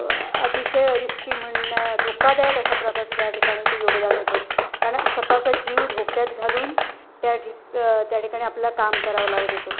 अतिशय रिस्की म्हणण्या धोकादायक अशा प्रकारचं त्या ठिकाणी ते योगदान होतं कारण स्वतःचा जीव धोक्यात घालून त्या ठिक त्या ठिकाणी आपल्याला काम करावं लागत होतं